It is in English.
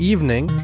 Evening